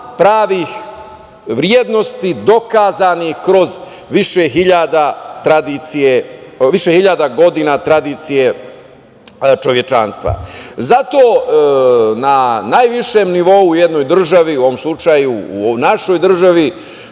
pravih vrednosti dokazanih kroz više hiljada godina tradicije čovečanstva. Zato na najvišem nivou u jednoj državi, u ovom slučaju u našoj državi